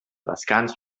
descans